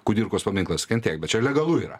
kudirkos paminklas kentėk bet čia legalu yra